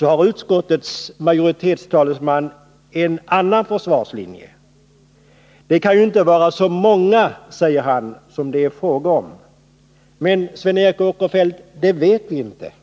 har utskottsmajoritetens talesman en annan försvarslinje. Det kan ju inte vara så många, säger han, som det är fråga om. Men, Sven Eric Åkerfeldt, det vet vi inte.